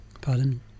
Pardon